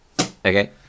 Okay